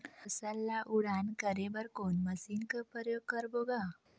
फसल ल उड़ान करे बर कोन मशीन कर प्रयोग करबो ग?